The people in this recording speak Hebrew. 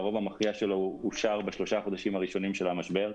הרוב המכריע שלו אושר בשלושה החודשים הראשונים של המשבר,